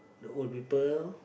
the old people